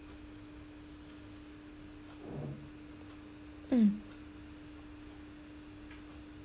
mm